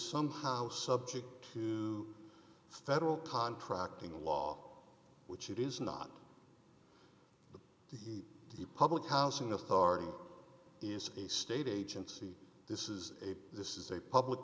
somehow subject to federal contracting law which it is not the public housing authority is a state agency this is a this is a public